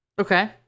Okay